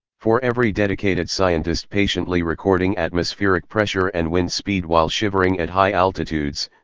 for every dedicated scientist patiently recording atmospheric pressure and wind speed while shivering at high altitudes,